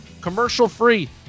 commercial-free